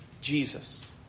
Jesus